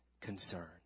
concern